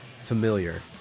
familiar